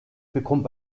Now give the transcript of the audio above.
bekommt